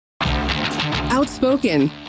Outspoken